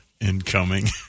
Incoming